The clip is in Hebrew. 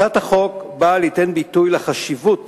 הצעת החוק באה ליתן ביטוי לחשיבות